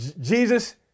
Jesus